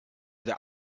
der